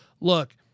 Look